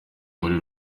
muri